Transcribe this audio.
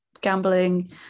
gambling